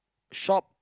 shop